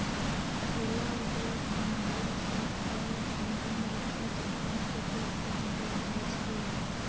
हिला उद्योग में महिला सभ सए संबंध रखैत उद्यम के प्रोत्साहन देल जाइ छइ